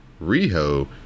Riho